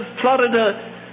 Florida